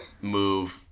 move